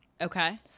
okay